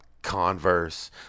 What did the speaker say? Converse